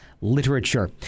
literature